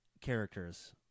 characters